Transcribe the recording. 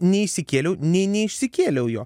nei išsikėliau nei neišsikėliau jo